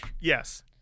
Yes